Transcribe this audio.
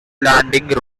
landing